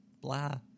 blah